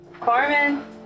Carmen